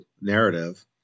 narrative